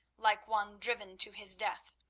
like one driven to his death,